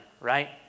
right